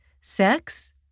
sex